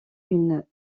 une